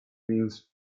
means